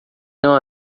não